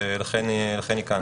ולכן היא כאן.